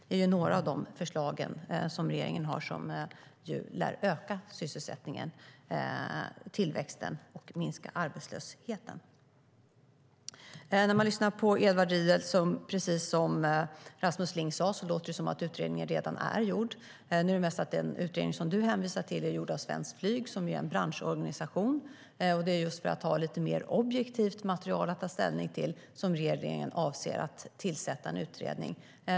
Detta är några av de förslag som regeringen har som lär öka sysselsättningen och tillväxten och minska arbetslösheten. När man lyssnar på Edward Riedl låter det, precis som Rasmus Ling sade, som att utredningen redan är gjord. Den utredning Edward Riedl hänvisar till är gjord av Svenskt Flyg, som är en branschorganisation. Det är för att ha ett lite mer objektivt material att ta ställning till som regeringen avser att tillsätta en utredning.